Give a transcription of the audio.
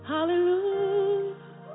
Hallelujah